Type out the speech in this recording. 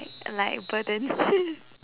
like like a burden